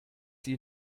sie